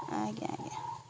ଆଜ୍ଞା ଆଜ୍ଞା